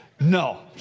No